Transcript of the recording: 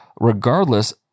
regardless